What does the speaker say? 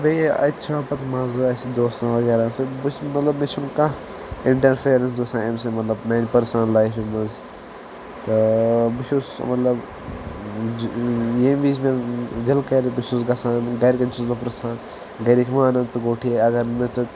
تہ بییہ اَتہ چھُ یِوان پَتہ مَزٕ اَسہ دوستن وغیراہَن سۭتۍ بہ چھس مطلب مٛے چھُنہ کانہہ اِنٹَرفیرنس گژھان أمہ سۭتۍ مطلب میانہ پٔرسنل لایفہِ منٛز تہ بہ چھُس مطلب ییٚمہ وِز مےٚ دِل کرٕ بہ چھُس گژھان گرٕکٮ۪ن چھُس بہ پرٕژھان گرکۍ مانن تہ گو ٹھیک اگر نہ تہ